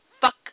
fuck